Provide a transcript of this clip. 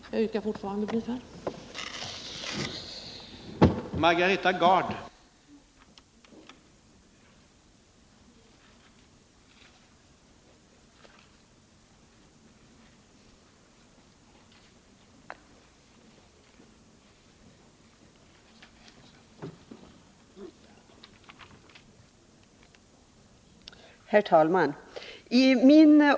Jag vidhåller mitt yrkande om bifall till utskottets hemställan.